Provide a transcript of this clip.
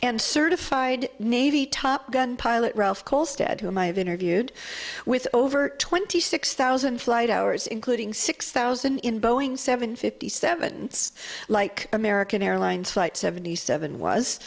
and certified navy top gun pilot ralph kolstad whom i have interviewed with over twenty six thousand flight hours including six thousand in boeing seven fifty seven it's like american airlines flight seventy seven was